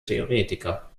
theoretiker